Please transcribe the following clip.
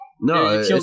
No